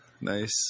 Nice